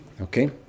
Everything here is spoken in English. Okay